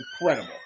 incredible